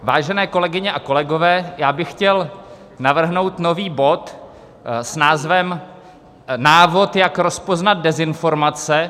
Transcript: Vážené kolegyně a kolegové, já bych chtěl navrhnout nový bod s názvem Návod, jak rozpoznat dezinformace.